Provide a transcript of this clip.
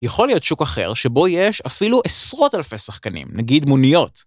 ‫יכול להיות שוק אחר שבו יש ‫אפילו עשרות אלפי שחקנים, נגיד מוניות.